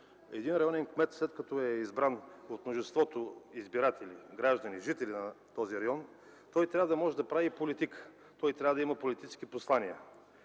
един районен кмет, след като е избран от мнозинството избиратели, граждани, жители на този район, той трябва да може да прави политика. Той трябва да има политически послания.